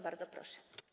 Bardzo proszę.